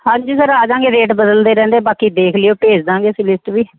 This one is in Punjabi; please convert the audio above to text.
ਹਾਂਜੀ ਸਰ ਆ ਜਾਂਗੇ ਰੇਟ ਬਦਲਦੇ ਰਹਿੰਦੇ ਬਾਕੀ ਦੇਖ ਲਿਓ ਭੇਜ ਦਾਂਗੇ ਅਸੀਂ ਲਿਸਟ ਵੀ